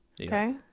Okay